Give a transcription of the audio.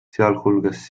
sealhulgas